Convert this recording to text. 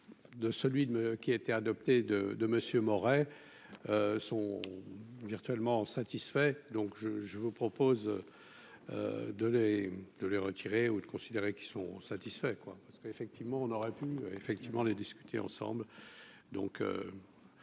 de celui de qui a été adopté de de monsieur Moret sont virtuellement satisfait donc je je vous propose de les, de les retirer ou de considérer qu'ils sont satisfaits, quoi, parce qu'effectivement, on aurait pu effectivement les discuter ensemble donc,